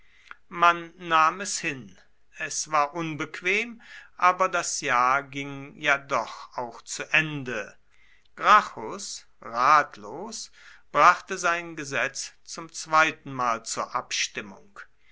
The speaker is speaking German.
man nahm es hin es war unbequem aber das jahr ging ja doch auch zu ende gracchus ratlos brachte sein gesetz zum zweitenmal zur abstimmung